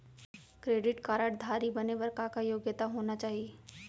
Credit card धारी बने बर का का योग्यता होना चाही?